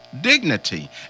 dignity